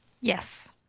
Yes